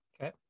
Okay